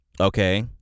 okay